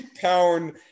pound